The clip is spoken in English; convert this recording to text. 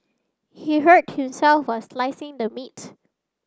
he hurt himself while slicing the meat